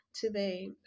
today